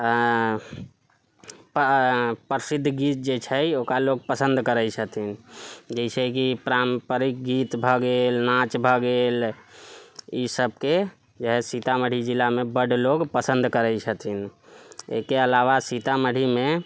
प्रसिद्ध गीत जे छै ओकरा लोक पसन्द करैत छथिन जैसेकि पारम्परिक गीत भए गेल नाँच भए गेल ई सबके जे हइ सीतामढ़ी जिलामे बड लोक पसन्द करैत छथिन एहिके अलावा सीतामढ़ीमे